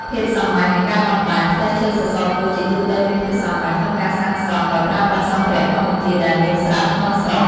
ភាពសាមញ្ញ និងការបត់បែន ផ្ទះឈើសសរខ្ពស់ជាទូទៅមានភាពសាមញ្ញក្នុងការសាងសង់ ដោយប្រើប្រាស់សម្ភារៈធម្មជាតិដែលមានស្រាប់ក្នុងស្រុក ។